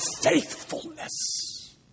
faithfulness